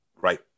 right